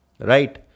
right